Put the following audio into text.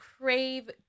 crave